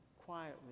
quietly